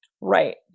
right